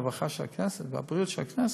הרווחה והבריאות של הכנסת,